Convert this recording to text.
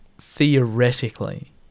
Theoretically